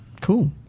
Cool